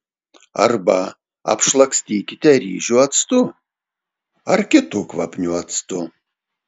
arba apšlakstykite ryžių actu ar kitu kvapniu actu